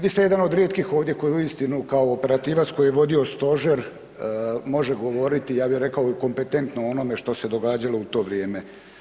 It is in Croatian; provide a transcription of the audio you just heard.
Vi ste jedan od rijetkih ovdje koji uistinu kao operativac koji je vodio stožer, može govoriti, ja bih rekao i kompetentno o onome što se događalo u to vrijeme.